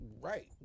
Right